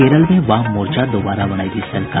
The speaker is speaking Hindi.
केरल में वाम मोर्चा दोबारा बनायेगी सरकार